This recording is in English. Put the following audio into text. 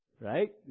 Right